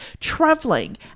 traveling